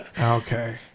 okay